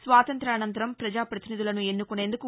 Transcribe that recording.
స్వాతంతానంతరం ప్రజా ప్రతినిధులను ఎస్నుకునేందుకు